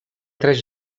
tres